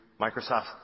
microsoft